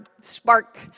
spark